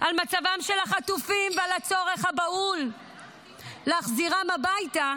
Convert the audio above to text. על מצבם של החטופים ועל הצורך הבהול להחזירם הביתה,